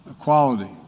equality